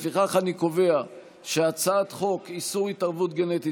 לפיכך אני קובע שהצעת חוק איסור התערבות גנטית